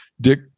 Dick